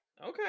Okay